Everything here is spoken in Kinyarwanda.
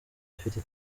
afite